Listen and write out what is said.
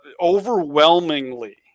overwhelmingly